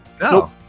No